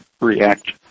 react